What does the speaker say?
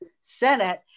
senate